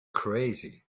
crazy